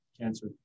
cancer